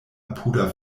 apuda